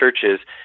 churches